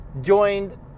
joined